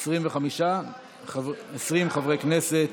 20 חברי כנסת,